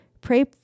Pray